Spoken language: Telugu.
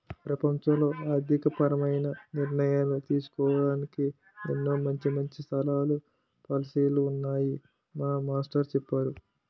ప్రపంచంలో ఆర్థికపరమైన నిర్ణయాలు తీసుకోడానికి ఎన్నో మంచి మంచి సంస్థలు, పాలసీలు ఉన్నాయని మా మాస్టారు చెప్పేరు